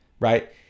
right